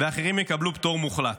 ואחרים יקבלו פטור מוחלט,